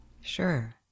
Sure